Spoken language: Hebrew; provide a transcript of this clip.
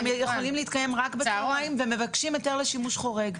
הם יכולים להתקיים רק בצהריים ומבקשים היתר לשימוש חורג.